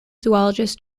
zoologist